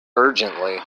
urgently